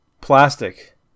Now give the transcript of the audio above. Plastic